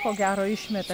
ko gero išmetė